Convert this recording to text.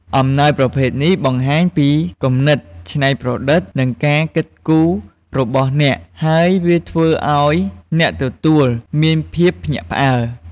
អំណោយប្រភេទនេះបង្ហាញពីគំនិតច្នៃប្រឌិត និងការគិតគូររបស់អ្នក ហើយវាធ្វើឱ្យអ្នកទទួលមានភាពភ្ញាក់ផ្អើល។